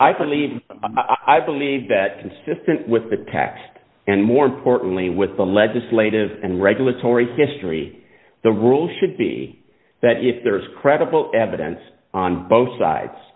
think i believe that consistent with the text and more importantly with the legislative and regulatory history the rules should be that if there is credible evidence on both sides